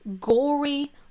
gory